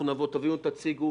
אני מבקש מהלמ"ס לבוא עם צוות מלא.